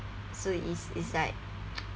so it's it's like